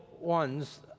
ones